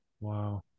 Wow